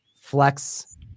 flex